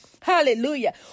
Hallelujah